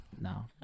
no